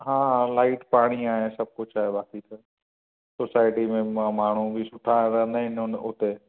हा लाइट पाणी आहे सभु कुझु आहे बाक़ी त सोसाइटी में म माण्हूं बि सुठा रहंदा आहिनि उन उते